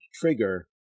trigger